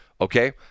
Okay